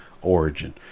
origin